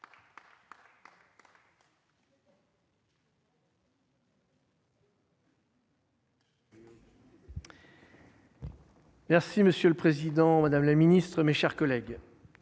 Merci monsieur le président, madame la ministre, mes chers collègues,